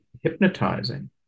hypnotizing